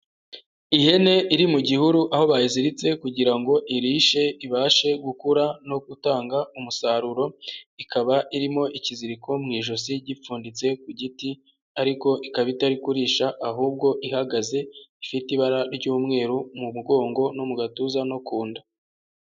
Ihene iri mu gihuru aho bayiziritse kugira ngo irishe ibashe gukura no gutanga umusaruro, ikaba irimo ikiziriko mu ijosi gipfunditse ku giti ariko ikaba itari kurisha ahubwo ihagaze, ifite ibara ry'umweru mu mugongo no mu gatuza no ku nda.